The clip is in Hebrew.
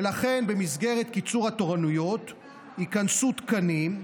ולכן, במסגרת קיצור התורנויות ייכנסו תקנים,